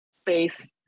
space